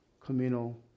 communal